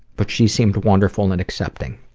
but she seemed wonderful and accepting.